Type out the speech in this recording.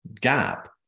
gap